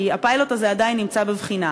כי הפיילוט הזה עדיין נמצא בבחינה.